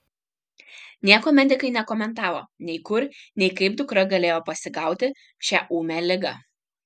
nieko medikai nekomentavo nei kur nei kaip dukra galėjo pasigauti šią ūmią ligą